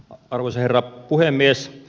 arvoisa herra puhemies